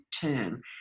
term